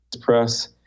Press